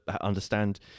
understand